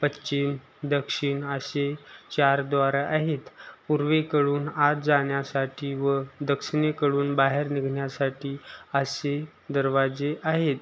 पश्चिम दक्षिण असे चार द्वार आहेत पूर्वेकडून आत जाण्यासाठी व दक्षिणेकडून बाहेर निघण्यासाठी असे दरवाजे आहेत